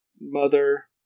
mother